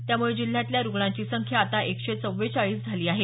त्यामुळे जिल्ह्यातल्या रुग्णांची संख्या आता एकशे चव्वेचाळीस झाली आहे